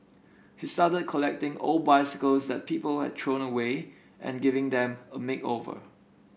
he started collecting old bicycles that people had thrown away and giving them a makeover